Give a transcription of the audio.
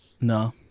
no